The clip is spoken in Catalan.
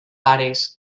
pares